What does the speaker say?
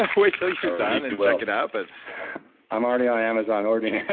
ah wait til you sign and check it up but i'm already on amazon ordering